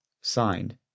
Signed